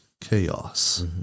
chaos